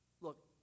Look